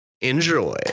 enjoy